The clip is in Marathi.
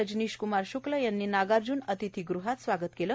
रजनीश कुमार श्क्ल यांनी नागार्जुन अतिथी गृहात स्वागत केलं